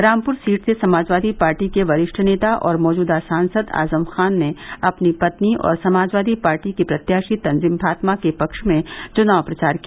Rampur seat से Samajwadi party के वरिष्ट नेता और मौजवा सांसद आजम खान ने अपनी पत्नी और समाजवादी पार्टी की प्रत्याशी तंजिम फातिमा के पक्ष में चुनाव प्रचार किया